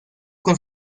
con